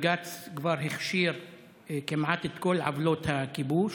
בג"ץ כבר הכשיר כמעט את כל עוולות הכיבוש.